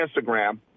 Instagram